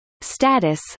status